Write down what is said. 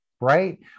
right